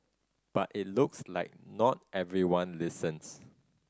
but it looks like not everyone listens